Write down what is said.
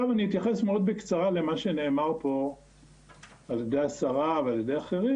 עכשיו אני אתייחס מאוד בקצרה למה שנאמר פה על ידי השרה ואחרים,